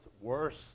worse